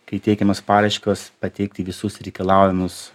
kai teikiamos paraiškos pateikti visus reikalaujamus